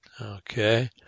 Okay